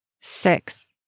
Six